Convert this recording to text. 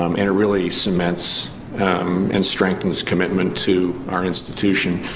um and it really cements and strengthens commitment to our institution.